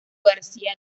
garcía